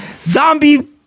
Zombie